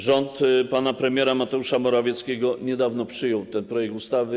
Rząd pana premiera Mateusza Morawieckiego niedawno przyjął ten projekt ustawy.